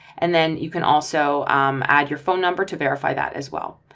and then you can also add your phone number to verify that as well.